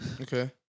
Okay